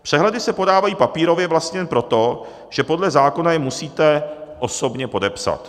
Přehledy se podávají papírově vlastně jen proto, že podle zákona je musíte osobně podepsat.